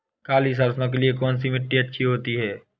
काली सरसो के लिए कौन सी मिट्टी अच्छी होती है?